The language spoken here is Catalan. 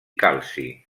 calci